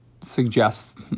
suggest